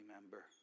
member